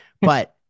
but-